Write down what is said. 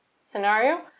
scenario